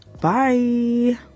Bye